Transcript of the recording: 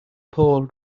pole